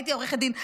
הייתי עורכת דין.